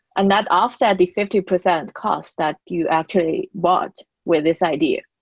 and that offset, the fifty percent cost that you actually want with this idea.